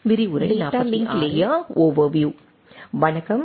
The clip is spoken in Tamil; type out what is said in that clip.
வணக்கம்